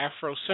Afrocentric